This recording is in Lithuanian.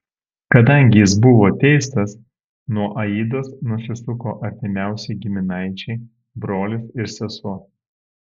kadangi jis buvo teistas nuo aidos nusisuko artimiausi giminaičiai brolis ir sesuo